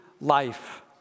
life